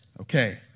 Okay